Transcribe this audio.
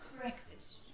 Breakfast